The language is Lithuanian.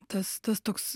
tas tas toks